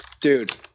Dude